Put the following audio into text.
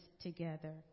together